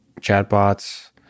chatbots